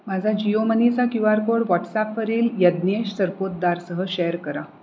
माझा जिओ मनीचा Q R code वॉट्सॲपवरील यज्ञेश सरपोतदारसह शेअर करा